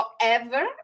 forever